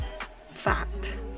fact